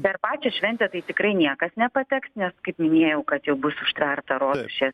per pačią šventę tai tikrai niekas nepateks nes kaip minėjau kad jau bus užtverta rotušės